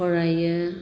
फरायो